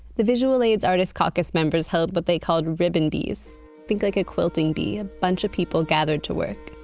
the visual aids artist's caucus members held what they called, ribbon bees think like a quilting bee, a bunch of people gathered to work.